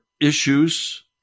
issues